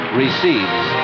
receives